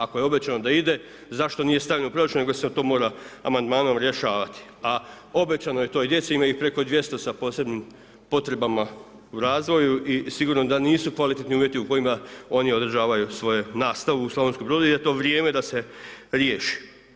Ako je obećano da ide, zašto nije stavljeno u proračun, nego se to mora amandmanom rješavati, a obećano je toj djeci, ima ih preko 200 sa posebnim potrebama u razvoju i sigurno da nisu kvalitetni uvjeti u kojima oni održavaju svoju nastavu u Slavonskom Brodu i da je to vrijeme da se riješi.